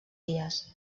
dies